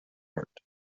art